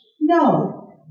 No